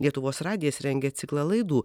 lietuvos radijas rengia ciklą laidų